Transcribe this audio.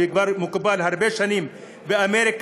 כפי שכבר מקובל הרבה שנים באמריקה,